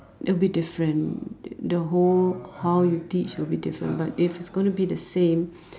a bit different the whole how you teach it will be different but if it's going to be the same